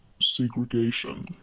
segregation